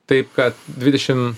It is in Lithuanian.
taip kad dvidešim